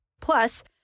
Plus